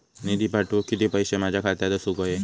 निधी पाठवुक किती पैशे माझ्या खात्यात असुक व्हाये?